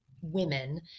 women